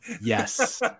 Yes